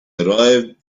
arrived